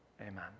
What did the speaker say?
amen